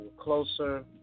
closer